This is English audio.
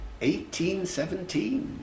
1817